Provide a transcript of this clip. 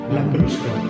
Lambrusco